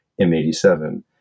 M87